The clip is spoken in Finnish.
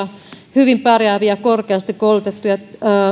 hyvin pärjääviä korkeasti koulutettuja